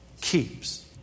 keeps